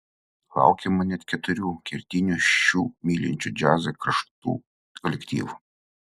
laukiama net keturių kertinių šių mylinčių džiazą kraštų kolektyvų